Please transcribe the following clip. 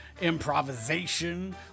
improvisation